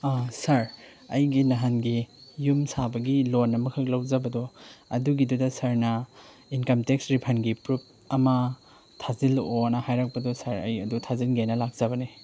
ꯁꯥꯔ ꯑꯩꯒꯤ ꯅꯍꯥꯟꯒꯤ ꯌꯨꯝ ꯁꯥꯕꯒꯤ ꯂꯣꯟ ꯑꯃꯈꯛ ꯂꯧꯖꯕꯗꯣ ꯑꯗꯨꯒꯤꯗꯨꯗ ꯁꯥꯔꯅ ꯏꯟꯀꯝ ꯇꯦꯛꯁ ꯔꯤꯐꯟꯒꯤ ꯄ꯭ꯔꯨꯐ ꯑꯃ ꯊꯥꯖꯤꯜꯂꯛꯑꯣꯅ ꯍꯥꯏꯔꯛꯄꯗꯣ ꯁꯥꯔ ꯑꯩ ꯑꯗꯣ ꯊꯥꯖꯤꯟꯒꯦꯅ ꯂꯥꯛꯆꯕꯅꯦ